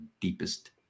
deepest